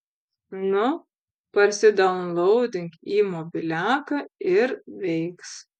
nu parsidaunlaudink į mobiliaką ir veiks